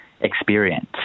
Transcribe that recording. experience